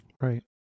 right